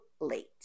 late